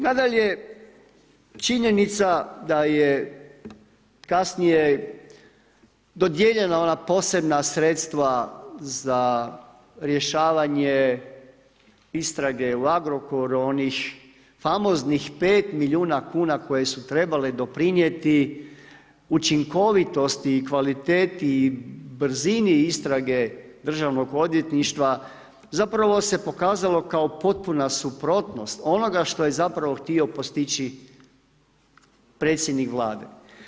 Nadalje, činjenica da je kasnije dodijeljena ona posebna sredstva za rješavanje istrage o Agrokoru onih famoznih pet milijuna kuna koje su trebale doprinijeti učinkovitosti i kvaliteti i brzini istrage državnog odvjetništva zapravo se pokazalo kao potpuna suprotnost onoga što je zapravo htio postići predsjednik Vlade.